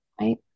right